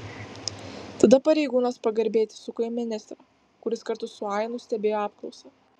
tada pareigūnas pagarbiai atsisuko į ministrą kuris kartu su ainu stebėjo apklausą